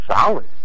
solid